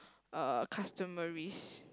uh customaries